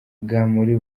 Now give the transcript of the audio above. muri